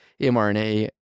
mrna